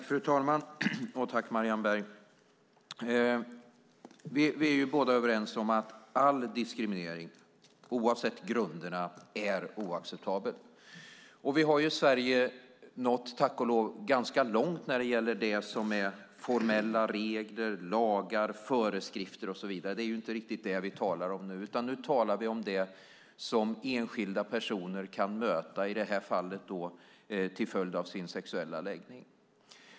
Fru talman! Tack, Marianne Berg! Vi är överens om att all diskriminering, oavsett grunderna, är oacceptabel. Vi har tack och lov nått ganska långt i Sverige när det gäller formella regler, lagar, föreskrifter och så vidare. Det är inte riktigt det vi talar om nu. Nu talar vi om det som enskilda personer kan möta, i det här fallet till följd av sin sexuella läggning.